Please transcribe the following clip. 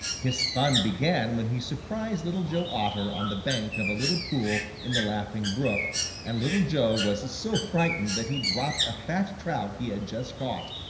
his fun began when he surprised little joe otter on the bank of a little pool in the laughing brook and little joe was so frightened that he dropped a fat trout he had just caught.